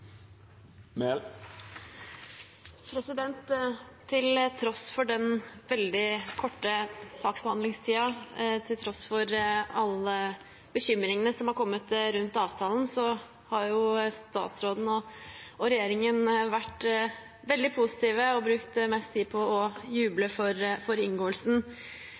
Til tross for den veldig korte saksbehandlingstiden, til tross for alle bekymringene som har kommet rundt avtalen, har statsråden og regjeringen vært veldig positive og brukt mest tid på å juble for inngåelsen